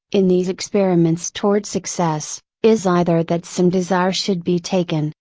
in these experiments toward success, is either that some desire should be taken,